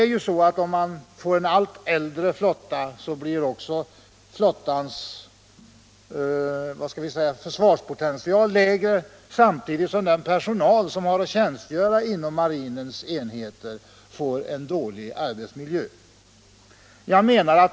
När nu vår flotta efter hand blir äldre och äldre, så blir naturligtvis också flottans försvarspotential lägre, samtidigt som den personal som tjänstgör inom marinens enheter får en allt sämre arbetsmiljö.